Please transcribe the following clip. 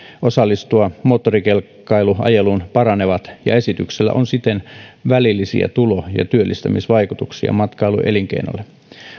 osallistua moottorikelkkailuajeluun paranevat ja esityksellä on siten välillisiä tulo ja työllistämisvaikutuksia matkailuelinkeinolle